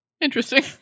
interesting